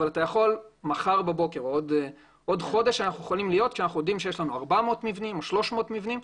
אפשר בעוד חודש לדעת שיש לנו 400 מבנים או 300 מבנים,